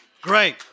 Great